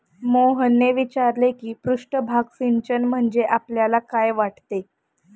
मोहनने विचारले की पृष्ठभाग सिंचन म्हणजे आपल्याला काय वाटते?